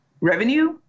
revenue